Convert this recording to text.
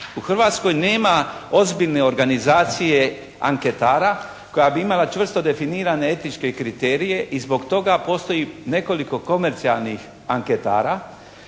U Hrvatskoj nema ozbiljne organizacije anketara koja bi imala čvrsto definirane etičke kriterije i zbog toga postoji nekoliko komercijalnih anketara